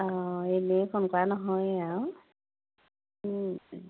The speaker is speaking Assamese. অঁ এনেই ফোন কৰা নহয়েই আৰু